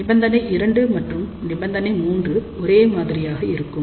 நிபந்தனை 2 மற்றும் நிபந்தனை 3 ஒரே மாதிரியாக இருக்கும்